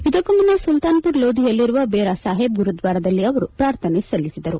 ಇದಕ್ಕೂ ಮುನ್ನ ಸುಲ್ತಾನ್ಪುರ್ ಲೋಧಿಯಲ್ಲಿರುವ ಬೇರ್ ಸಾಹೇಬ್ ಗುರುದ್ವಾರದಲ್ಲಿ ಅವರು ಪ್ರಾರ್ಥನೆ ಸಲ್ಲಿಸಿದರು